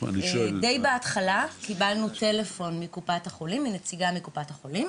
די בהתחלה קיבלנו שיחת טלפון מנציגה של קופת החולים,